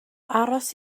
aros